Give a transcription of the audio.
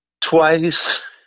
twice